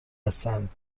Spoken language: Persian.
هستند